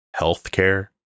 healthcare